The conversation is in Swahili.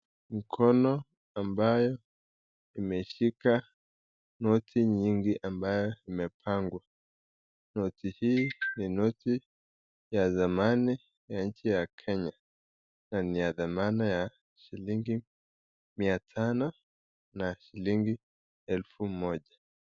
Mkono ambaye imeshika noti nyingi ambayo imepangwa, noti hii ni noti ya zamani ya nchi ya kenya na ni ya zamani ya shilingi mia tano na shilingi elfu moja.